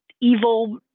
evil